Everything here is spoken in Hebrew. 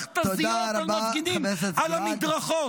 מכת"זיות על מפגינים על המדרכות,